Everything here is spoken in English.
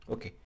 Okay